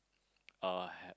uh